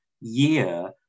year